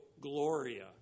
Gloria